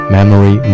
Memory